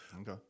Okay